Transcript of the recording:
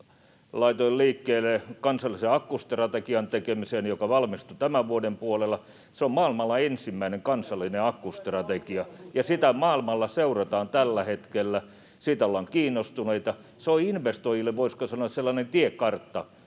laitoin liikkeelle kansallisen akkustrategian tekemisen, joka valmistui tämän vuoden puolella. Se on maailmalla ensimmäinen kansallinen akkustrategia, ja sitä maailmalla seurataan tällä hetkellä, siitä ollaan kiinnostuneita. Se on investoijille, voisiko sanoa, sellainen tiekartta